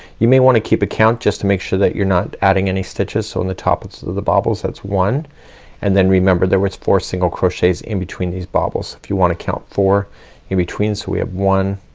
you may wanna keep a count just to make sure that you're not adding any stitches. so on the top of the the bobbles that's one and then remember there was four single crochets in between these bobbles if you wanna count four in between. so we have one,